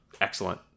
excellent